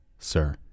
Sir